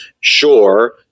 Sure